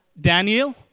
Daniel